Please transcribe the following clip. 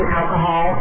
alcohol